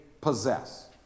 possess